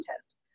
test